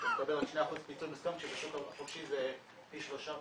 הוא מקבל רק 2% פיצוי מוסכם כשבשוק החופשי זה פי שלושה,